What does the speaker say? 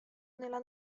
della